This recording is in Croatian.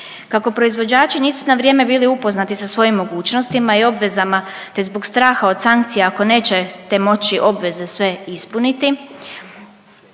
Kako proizvođači nisu na vrijeme bili upoznati sa svojim mogućnostima i obvezama te zbog straha od sankcija ako ne te moći obveze sve ispuniti,